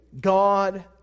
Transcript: God